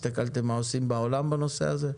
הסתכלתם מה עושים בעולם בנושא הזה?